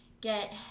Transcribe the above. get